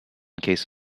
case